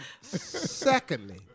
Secondly